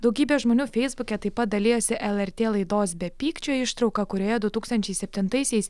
daugybė žmonių feisbuke taip pat dalijosi lrt laidos be pykčio ištrauka kurioje du tūkstančiai septintaisiais